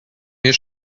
mir